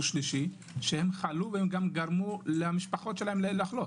שלישי שחלו ואפילו גרמו למשפחות שלהם לחלות.